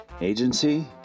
Agency